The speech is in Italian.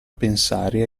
pensare